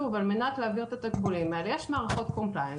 על מנת להעביר את התקבולים האלה יש בבנק מערכות Compliance,